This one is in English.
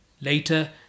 Later